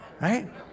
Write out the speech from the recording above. right